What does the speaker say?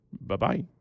Bye-bye